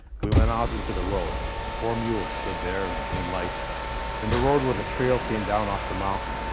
we went out into the road. four mules stood there in the moonlight and the road where the trail came down off the mountain.